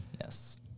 yes